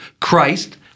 Christ